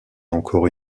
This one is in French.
encore